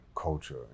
culture